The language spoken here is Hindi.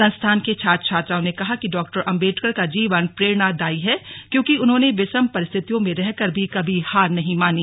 संस्थान के छात्र छात्राओं ने कहा कि डॉक्टर अंबेडकर का जीवन प्रेरणादायी है क्योंकि उन्होंने विषम परिस्थितियां में रहकर भी कभी हार नहीं मानी